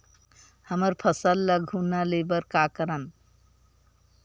हमर फसल ल घुना ले बर का करन?